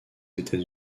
états